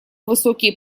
высокие